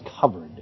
covered